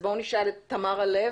אז בואו נשאל את תמרה לב,